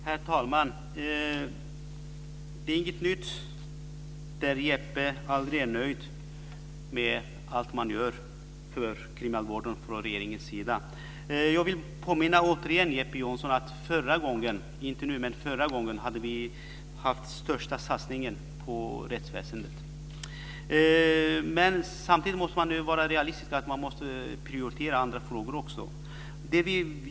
Herr talman! Det är inget nytt att Jeppe Johnsson inte är nöjd med allt som görs från regeringens sida för kriminalvården. Jag vill återigen påminna Jeppe Johnsson om att vi förra gången, inte denna gång, hade gjort den största satsningen på rättsväsendet. Samtidigt måste man vara realistisk, för också andra frågor måste prioriteras.